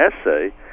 essay